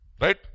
Right